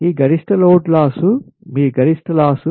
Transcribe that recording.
ఈ గరిష్ట load loss మీ గరిష్ట లాస్